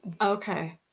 okay